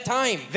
time